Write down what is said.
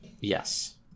Yes